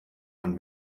man